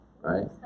right